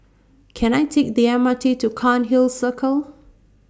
Can I Take The M R T to Cairnhill Circle